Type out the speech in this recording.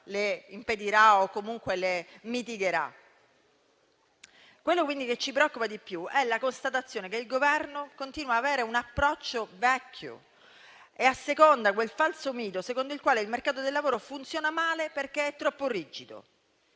le fermerà o comunque le mitigherà. Quello, quindi, che ci preoccupa di più è la constatazione che il Governo continua a avere un approccio vecchio, assecondando quel falso mito secondo il quale il mercato del lavoro funziona male perché è troppo rigido.